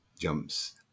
jumps